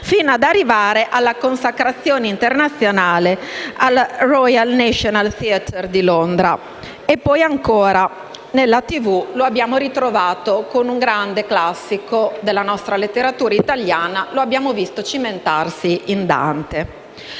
fino ad arrivare alla consacrazione internazionale al Royal National Theatre di Londra. E, poi, ancora, lo abbiamo ritrovato in TV con un grande classico della nostra letteratura italiana: lo abbiamo visto cimentarsi in Dante.